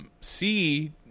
see